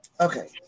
Okay